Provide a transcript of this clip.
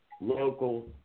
local